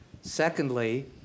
Secondly